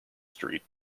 street